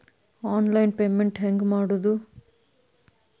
Online payment ಹೆಂಗ್ ಮಾಡೋದು?